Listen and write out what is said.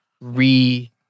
re